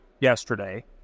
yesterday